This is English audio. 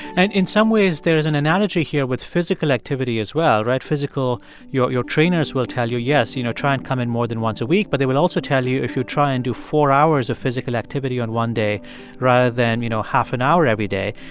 and in some ways, there is an analogy here with physical activity as well, right? physical your your trainers will tell you, yes, you know, try and come in more than once a week. but they will also tell you if you try and do four hours of physical activity on one day rather than, you know, half an hour every day,